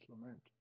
lament